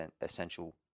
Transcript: essential